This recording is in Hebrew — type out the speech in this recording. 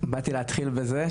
באתי להתחיל בזה.